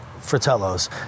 Fratellos